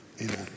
Amen